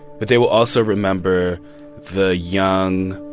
but they will also remember the young,